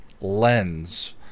lens